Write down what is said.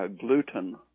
gluten